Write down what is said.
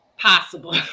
possible